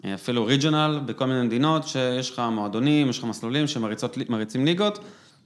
אפילו אוריג'נל בכל מיני מדינות שיש לך מועדונים, יש לך מסלולים שמריצים ניגות.